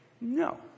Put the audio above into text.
no